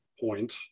point